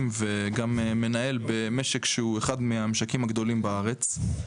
וגם מנהל במשק שהוא אחד מהמשקים הגדולים בארץ.